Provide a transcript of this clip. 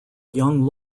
young